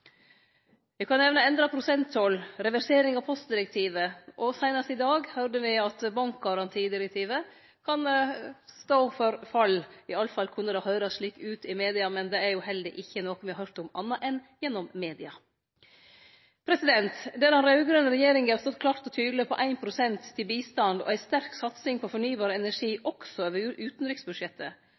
Eg kan nemna endra prosenttoll, reversering av postdirektivet, og seinast i dag høyrde me at bankgarantidirektivet kan stå for fall – iallfall kunne det høyrast slik ut i media, men det er jo heller ikkje noko me har høyrt om, anna enn gjennom media. Der den raud-grøne regjeringa har stått klart og tydeleg på 1 pst. til bistand og ei sterk satsing på fornybar energi også over utanriksbudsjettet,